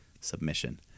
submission